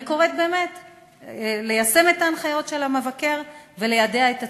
אני קוראת ליישם את ההנחיות של המבקר וליידע את הציבור.